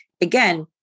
Again